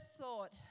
thought